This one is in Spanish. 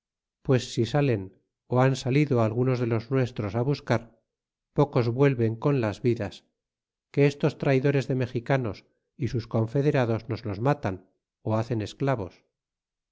pues si salen ó han salido algunos de los nuestros á buscar pocos vuelven con las vidas que estos traidores de mexicanos y sus confederados nos los matan ó hacen esclavos